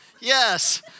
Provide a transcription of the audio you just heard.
Yes